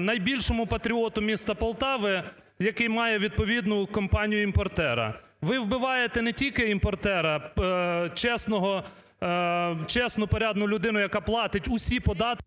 найбільшому патріоту міста Полтави, який має відповідну компанію-імпортера. Ви вбиваєте не тільки імпортера, чесного… чесну, порядну людину, яка платить усі податки…